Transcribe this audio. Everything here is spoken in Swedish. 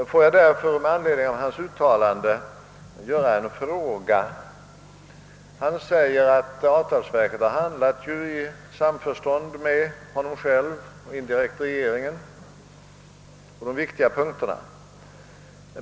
Får jag därför med anledning av hans uttalande ställa ett par frågor. Han säger att avtalsverket har handlat i samförstånd med honom själv, indirekt med regeringen, på de viktiga punkterna.